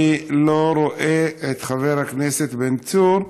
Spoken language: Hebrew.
אני לא רואה את חבר הכנסת בן צור,